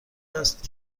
است